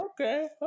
Okay